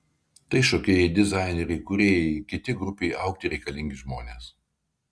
tai šokėjai dizaineriai kūrėjai kiti grupei augti reikalingi žmonės